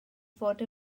fod